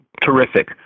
terrific